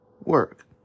work